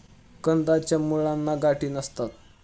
कंदाच्या मुळांना गाठी नसतात